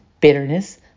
bitterness